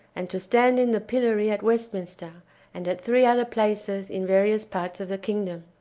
and to stand in the pillory at westminster and at three other places in various parts of the kingdom.